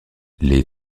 les